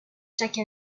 chaque